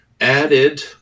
added